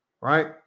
right